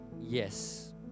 Yes